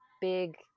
big